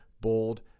bold